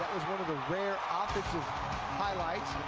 one of the rare offensive highlights,